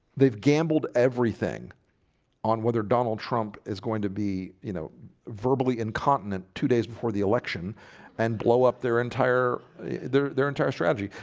they've gambled everything on whether donald trump is going to be you know verbally incontinent two days before the election and blow up their entire their their entire strategy,